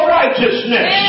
righteousness